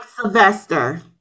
Sylvester